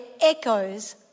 echoes